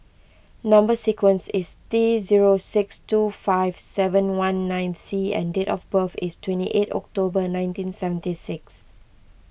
Number Sequence is T zero six two five seven one nine C and date of birth is twenty eight October nineteen seventy six